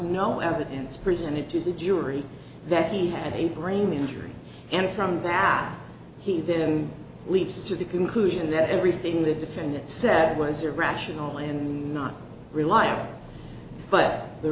no evidence presented to the jury that he had a brain injury and from that he then leaps to the conclusion that everything the defendant said was a rational and not reliable but the